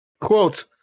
quote